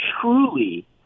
truly